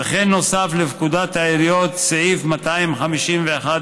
וכן נוסף לפקודת העיריות סעיף 251ד,